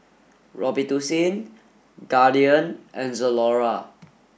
Robitussin Guardian and Zalora